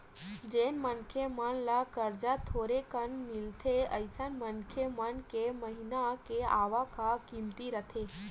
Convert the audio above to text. जेन मनखे मन ल करजा थोरेकन मिलथे अइसन मनखे मन के महिना के आवक ह कमती रहिथे